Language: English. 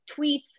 tweets